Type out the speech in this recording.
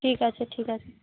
ঠিক আছে ঠিক আছে